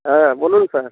হ্যাঁ বলুন স্যার